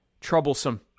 troublesome